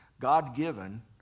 God-given